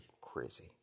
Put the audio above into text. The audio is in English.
crazy